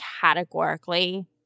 categorically –